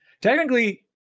technically